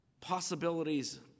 possibilities